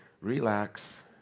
relax